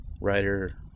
writer